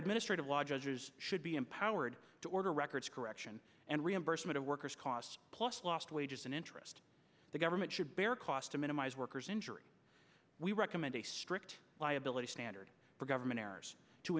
administrative law judges should be empowered to order records correction and reimbursement of workers costs plus lost wages and interest the government should bear cost to minimize worker's injury we recommend a strict liability standard for government errors to